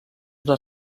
una